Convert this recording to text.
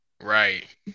right